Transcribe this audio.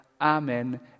Amen